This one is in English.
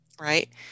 right